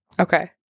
Okay